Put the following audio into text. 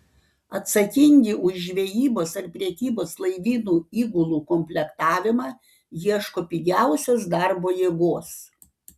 atsakingi už žvejybos ar prekybos laivyno įgulų komplektavimą ieško pigiausios darbo jėgos